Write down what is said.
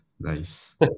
nice